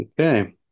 okay